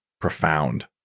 profound